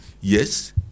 Yes